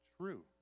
true